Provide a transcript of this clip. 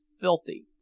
filthy